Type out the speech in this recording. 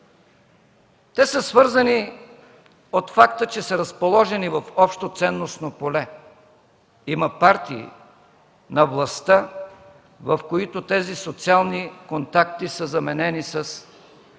Те са свързани от факта, че са разположени в общо ценностно поле. Има партии на властта, в които тези социални контакти са заменени с